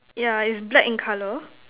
yeah it's black in colour